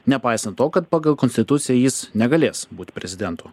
nepaisant to kad pagal konstituciją jis negalės būt prezidentu